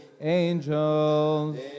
angels